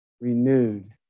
renewed